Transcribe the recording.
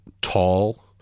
tall